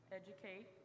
educate